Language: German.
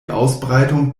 ausbreitung